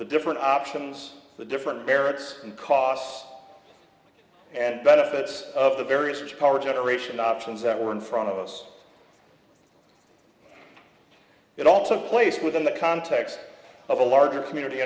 the different options the different barracks and costs and benefits of the various such power generation options that were in front of us it all took place within the context of a larger community